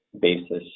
basis